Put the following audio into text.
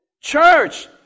Church